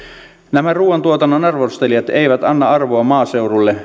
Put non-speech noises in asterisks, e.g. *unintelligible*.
nämä ruuantuotannon arvostelijat eivät anna arvoa maaseudulle *unintelligible*